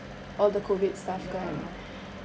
all the COVID stuff kan